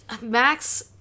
Max